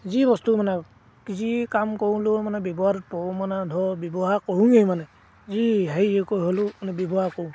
যি বস্তু মানে যি কাম কৰিলেও মানে ব্যৱহাৰত কৰোঁ মানে ধৰক ব্যৱহাৰ কৰোয়েই মানে যি হেৰি হ'লেও মানে ব্যৱহাৰ কৰোঁ